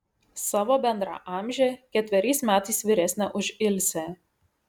savo bendraamžę ketveriais metais vyresnę už ilsę